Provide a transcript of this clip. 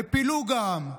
לפילוג העם,